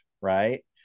right